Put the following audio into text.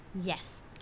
Yes